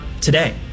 today